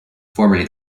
formerly